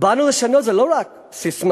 "באנו לשנות" זה לא רק ססמה.